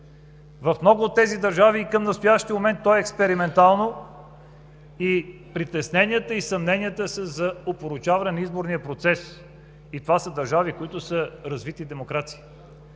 В много от тези държави и към настоящия момент то е експериментално и притесненията, и съмненията са за опорочаване на изборния процес, и това са държави, които са развити демокрации.